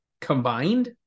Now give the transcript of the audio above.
combined